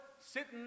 sitting